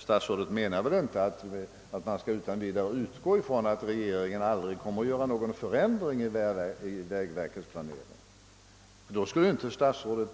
Statsrådet menar väl inte att vi utan vidare kan förutsätta att regeringen aldrig kommer att göra någon ändring i vägverkets planering — då skulle inte statsrådet